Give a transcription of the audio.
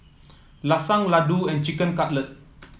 Lasagne Ladoo and Chicken Cutlet